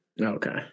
Okay